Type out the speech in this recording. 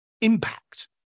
impact